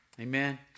Amen